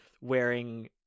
wearing